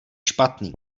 špatný